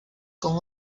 con